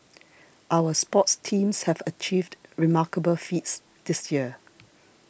our sports teams have achieved remarkable feats this year